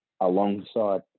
alongside